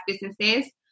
businesses